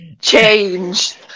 Change